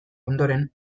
ondoren